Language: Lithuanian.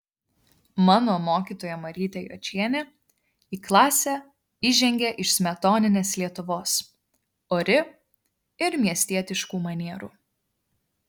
mano mokytoja marytė jočienė į klasę įžengė iš smetoninės lietuvos ori ir miestietiškų manierų